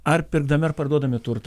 ar pirkdami ar parduodami turtą